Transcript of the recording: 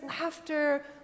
laughter